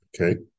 okay